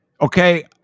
okay